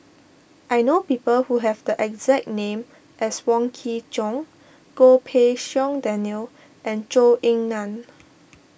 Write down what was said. I know people who have the exact name as Wong Kin Jong Goh Pei Siong Daniel and Zhou Ying Nan